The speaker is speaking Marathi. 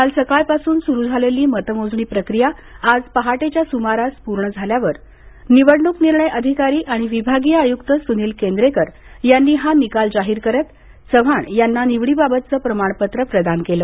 काल सकाळपासून सुरू झालेली मतमोजणी प्रक्रिया आज पहाटेच्या सुमारास पूर्ण झाल्यावर निवडणूक निर्णय अधिकारी आणि विभागीय आयुक्त सुनील केंद्रेकर यांनी हा निकाल जाहीर करत चव्हाण यांना निवडीबाबतचं प्रमाणपत्र प्रदान केलं